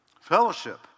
Fellowship